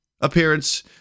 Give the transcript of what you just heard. appearance